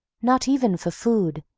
not even for food,